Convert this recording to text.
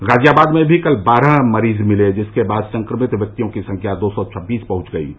गाजियाबाद में भी कल बारह मरीज मिले जिसके बाद संक्रमित व्यक्तियों की संख्या दो सौ छब्बीस पहुंच गई है